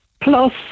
plus